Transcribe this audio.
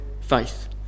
faith